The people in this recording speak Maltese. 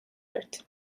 art